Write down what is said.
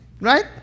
Right